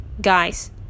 guys